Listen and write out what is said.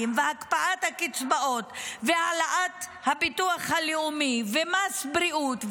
והקפאת הקצבאות והעלאת הביטוח הלאומי ומס בריאות,